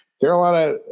Carolina